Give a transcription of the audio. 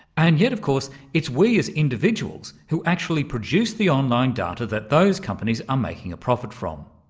and yet of course it's we as individuals who actually produce the online data that those companies are making a profit from.